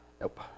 Nope